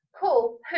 Cool